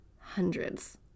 hundreds